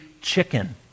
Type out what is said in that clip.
chicken